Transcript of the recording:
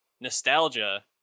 nostalgia